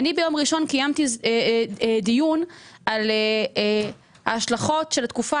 ביום ראשון קיימתי דיון על ההשלכות של התקופה